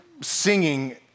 singing